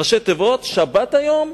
ראשי תיבות: שבת היום,